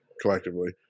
collectively